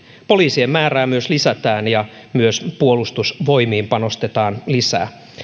poliisien määrää lisätään ja myös puolustusvoimiin panostetaan lisää